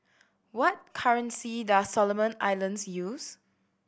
what currency does Solomon Islands use